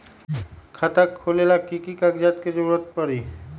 खाता खोले ला कि कि कागजात के जरूरत परी?